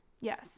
Yes